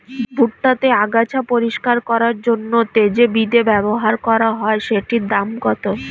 ভুট্টা তে আগাছা পরিষ্কার করার জন্য তে যে বিদে ব্যবহার করা হয় সেটির দাম কত?